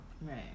Right